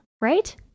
right